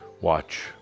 watch